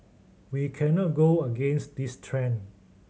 we cannot go against this trend